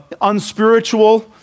unspiritual